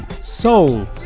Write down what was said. soul